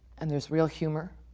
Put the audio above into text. and there's real humor,